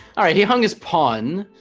all right he hung his pawn